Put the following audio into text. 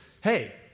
hey